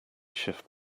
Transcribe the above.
shift